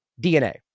DNA